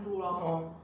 orh